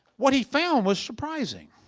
what he found was surprising.